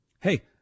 Hey